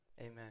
Amen